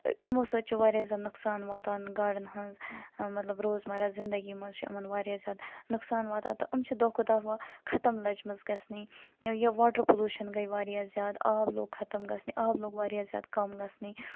یِمو سۭتۍ چھ واریاہ زیادٕ نۄقصان واتان گاڈن ہٕنز مطلب روز مَرا زندگی مَنز چھ یِمَن واریاہ زیادٕ نۄقصان واتان تہٕ یِم چھِ دۄہ کھۄتہٕ دۄہ وۄنۍ ختم لَجہِ مَژٕ گَژھنہِ یا واٹر پَلوٗشَن گٔے واریاہ زیادٕ آب لوٚگ ختم گَژھنہِ آب لوٚگ واریاہ زیادٕ کَم گَژھنہِ